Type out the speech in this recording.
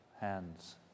hands